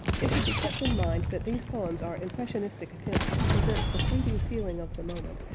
it should be kept in mind that these poems are impressionistic attempts to present the fleeting feeling of the moment,